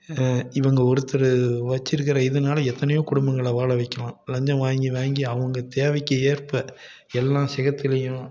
இவங்க ஒருத்தர் வெச்சுருக்கற இதனால எத்தனையோ குடும்பங்களை வாழ வைக்கலாம் லஞ்சம் வாங்கி வாங்கி அவங்க தேவைக்கு ஏற்ப எல்லாம் சேற்றுலையும்